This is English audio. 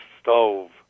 stove